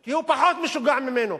כי הוא פחות משוגע ממנו.